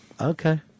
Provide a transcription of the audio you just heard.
Okay